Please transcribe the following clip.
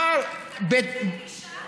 התקציב נשאר